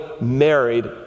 married